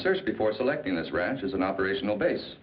search before selecting this ranch as an operational base